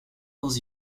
dans